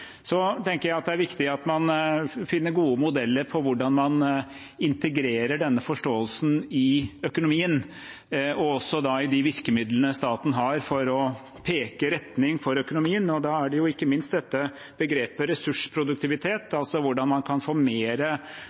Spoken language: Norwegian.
Jeg tenker det er viktig at man finner gode modeller for hvordan man integrerer denne forståelsen i økonomien og også i de virkemidlene staten har for å peke retning for økonomien. Da er ikke minst dette begrepet «ressursproduktivitet», altså hvordan man kan få